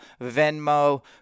Venmo